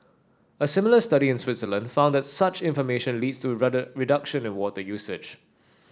a similar study in Switzerland found that such information leads to reduction in water usage